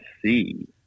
see